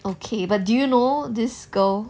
okay but do you know this girl